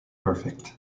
perfect